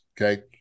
okay